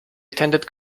attended